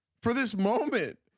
for this moment.